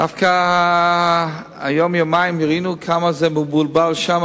דווקא היום, יומיים, ראינו כמה מבולבל שם